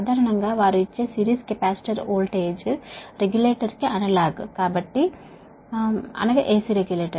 సాధారణంగా వారు ఇచ్చే సిరీస్ కెపాసిటర్ వోల్టేజ్ రెగ్యులేటర్ కు అనలాగ్లు